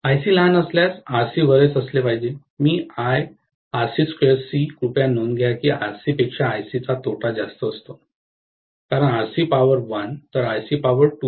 IC लहान असल्यास RC बरेच असले पाहिजे मी I RC2 C कृपया नोंद घ्या की RC पेक्षा IC चा तोटा जास्त असतो कारण RC पॉवर 1 तर IC पॉवर 2